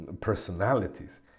personalities